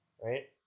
right